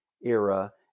era